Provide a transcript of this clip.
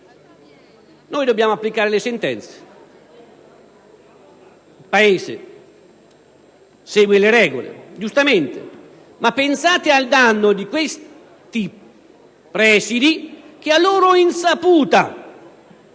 Noi dobbiamo applicare le sentenze. Il Paese segue le regole, giustamente, ma pensate al danno subito da questi presidi che, a loro insaputa,